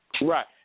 Right